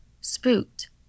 Spooked